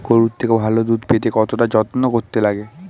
গরুর থেকে ভালো দুধ পেতে কতটা যত্ন করতে লাগে